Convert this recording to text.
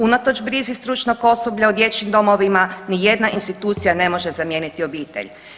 Unatoč brizi stručnog osoblja u dječjim domovima nijedna institucija ne može zamijeniti obitelj.